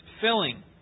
filling